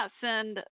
send